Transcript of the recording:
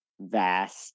vast